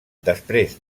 després